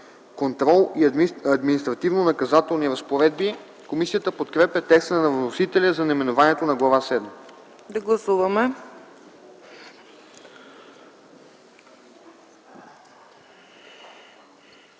Контрол и административнонаказателни разпоредби”. Комисията подкрепя текста на вносителя за наименованието на Глава седма.